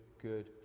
good